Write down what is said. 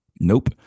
Nope